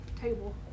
table